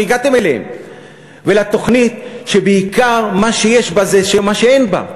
הגעתם אליהן ולתוכנית שבעיקר מה שיש בה זה מה שאין בה,